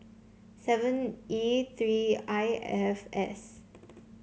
seven E three I F S